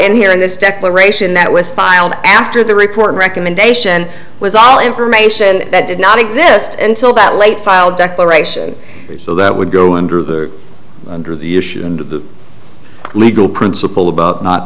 in here in this declaration that was filed after the report recommendation was all information that did not exist until that late file declaration so that would go under the under the legal principle about not